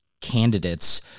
candidates